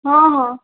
ହଁ ହଁ